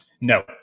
No